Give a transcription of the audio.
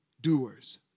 Doers